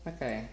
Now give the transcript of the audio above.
Okay